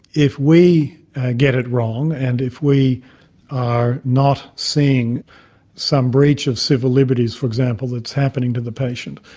if we get it wrong, and if we are not seeing some breach of civil liberties, for example, that's happening to the patient,